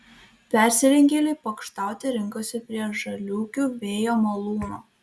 persirengėliai pokštauti rinkosi prie žaliūkių vėjo malūno